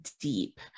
deep